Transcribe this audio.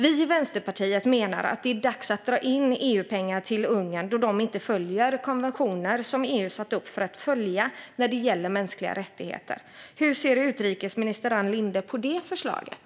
Vi i Vänsterpartiet menar att det är dags att dra in EU-pengar till Ungern, då landet inte följer de konventioner EU satt upp när det gäller mänskliga rättigheter. Hur ser utrikesminister Ann Linde på det förslaget?